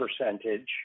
percentage